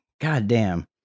goddamn